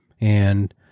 And-